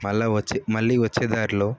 మళ్ళీ వచ్చి మళ్ళీ వచ్చే దారిలో